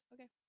Okay